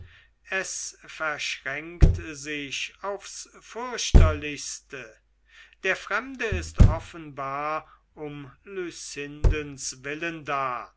es verschränkt sich aufs fürchterlichste der fremde ist offenbar um lucindes willen da